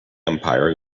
empire